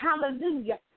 Hallelujah